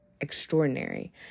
extraordinary